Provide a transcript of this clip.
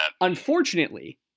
Unfortunately